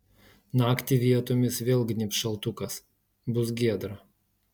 naktį vietomis vėl gnybs šaltukas bus giedra